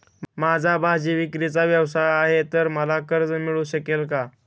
माझा भाजीविक्रीचा व्यवसाय आहे तर मला कर्ज मिळू शकेल का?